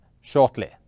shortly